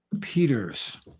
Peter's